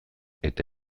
eta